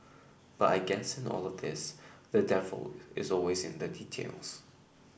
but I guess in all the this the devil is always in the details